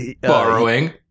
borrowing